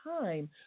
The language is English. time